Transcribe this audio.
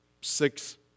six